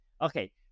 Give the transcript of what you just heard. Okay